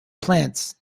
plants